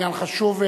עניין חשוב,